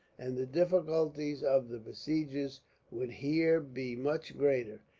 and the difficulties of the besiegers would here be much greater,